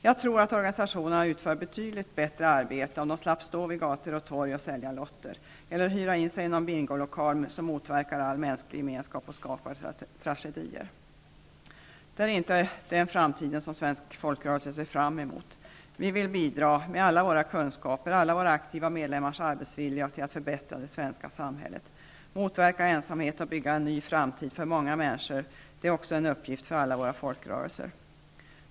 Jag tror att organisationerna skulle utföra ett betydligt bättre arbete om de slapp stå på gator och torg och sälja lotter eller hyra in sig i en bingolokal som motverkar all mänsklig gemenskap och skapar tragedier. Det är inte den framtid som svensk folkrörelse ser fram emot. Vi vill bidra till att förbättra det svenska samhället med alla våra kunskaper och alla våra aktiva medlemmars arbetsvilja. Att motverka ensamhet och bygga en ny framtid för många människor är också en uppgift för alla våra folkrörelser.